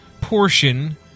portion